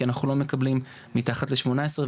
כי אנחנו לא מקבלים מתחת לשמונה עשרה.